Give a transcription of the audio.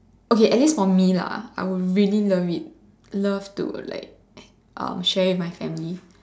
okay at least for me lah I would really love it I would really love to share with my family